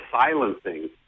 silencing